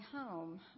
home